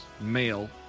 male